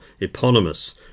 Eponymous